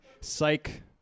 Psych